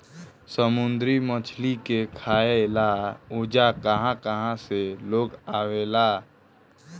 समुंद्री मछली के खाए ला ओजा कहा कहा से लोग आवेला